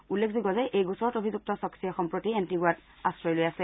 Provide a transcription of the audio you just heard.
উল্লেখযোগ্য যে ত্ৰই গোচৰত অভিযুক্ত চকচীয়ে সম্প্ৰতি এণ্টিগুৱাত আশ্ৰয় লৈ আছে